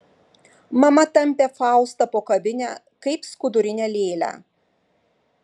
mama tampė faustą po kavinę kaip skudurinę lėlę